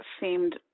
seemed